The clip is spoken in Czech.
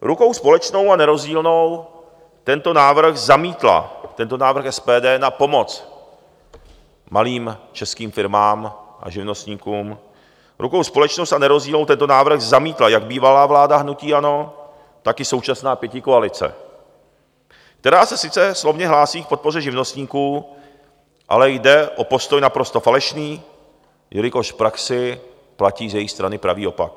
Rukou společnou a nerozdílnou tento návrh zamítla, tento návrh SPD na pomoc malým českým firmám a živnostníkům, rukou společnou a nerozdílnou tento návrh zamítla jak bývalá vláda hnutí ANO, tak i současná pětikoalice, která se sice slovně hlásí k podpoře živnostníků, ale jde o postoj naprosto falešný, jelikož v praxi platí z jejich strany pravý opak.